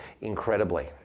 incredibly